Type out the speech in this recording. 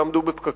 יעמדו בפקקים.